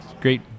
Great